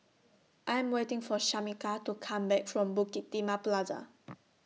I Am waiting For Shamika to Come Back from Bukit Timah Plaza